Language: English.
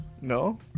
No